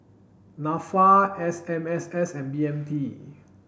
NAFA S M S S and B M T